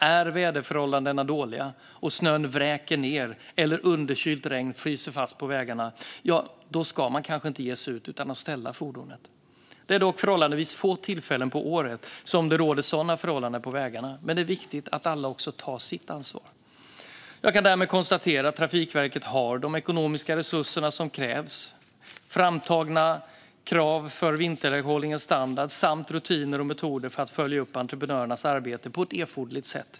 Är väderförhållandena dåliga, om snön vräker ned eller underkylt regn fryser fast på vägarna, ska man kanske inte ge sig ut utan ställa fordonet. Det är vid förhållandevis få tillfällen på året det råder sådana förhållanden på vägarna, men det är viktigt att alla tar sitt ansvar. Jag kan därmed konstatera att Trafikverket har de ekonomiska resurser som krävs, framtagna krav för vinterväghållningens standard samt rutiner och metoder för att följa upp entreprenörernas arbete på ett erforderligt sätt.